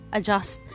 Adjust